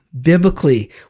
biblically